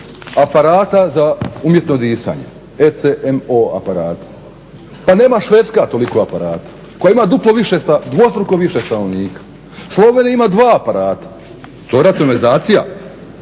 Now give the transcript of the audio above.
aparata za umjetno disanje ECMO aparata, pa nema Švedska toliko aparata koja ima duplo više, dvostruko više stanovnika. Slovenija ima dva aparata, to je racionalizacija.